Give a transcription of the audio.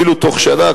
אפילו תוך שנה,